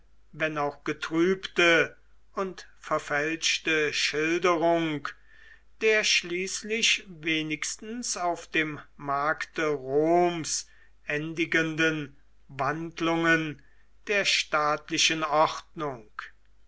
wenn auch getrübte und verfälschte schilderung der schließlich wenigstens auf dem markte roms endigenden wandlungen der staatlichen ordnung